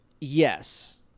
Yes